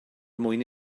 mwyn